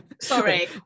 Sorry